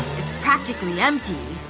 it's practically empty.